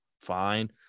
Fine